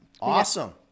Awesome